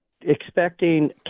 expecting